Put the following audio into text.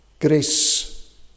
grace